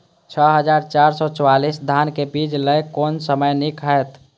छः हजार चार सौ चव्वालीस धान के बीज लय कोन समय निक हायत?